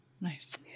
nice